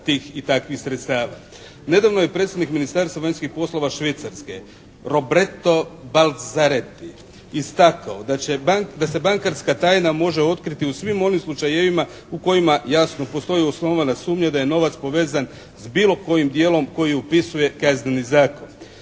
Nedavno je predstavnik Ministarstva vanjskih poslova Švicarske Roberto Balzareti istakao da se bankarska tajna može otkriti u svim onim slučajevima u kojima jasno postoji osnovana sumnja da je novac povezan s bilo kojim dijelom koji upisuje Kazneni zakon.